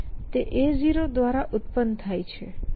તે A0 દ્વારા ઉત્પન્ન થાય છે